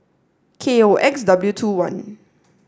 K O X W two one